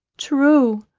true,